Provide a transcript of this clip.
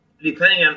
depending